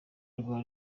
rwa